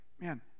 man